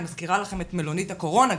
אני מזכירה לכם את מלונית הקורונה בזמנו.